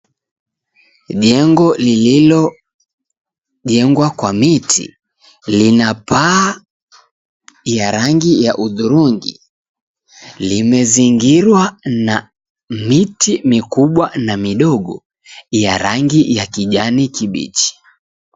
Jengo lililojegwa kwa miti lina paa ya rangi ya hudhurungi limezingirwa na miti mikubwa na midogo ya rangi ya kijani kibichi.